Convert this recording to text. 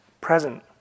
present